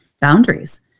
boundaries